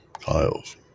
Kyle's